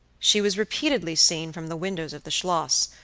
she was repeatedly seen from the windows of the schloss,